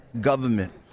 government